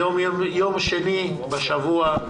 היום יום שני בשבוע,